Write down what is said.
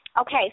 Okay